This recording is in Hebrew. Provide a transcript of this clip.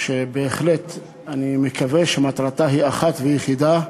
שאני מקווה שמטרתה היא אחת ויחידה,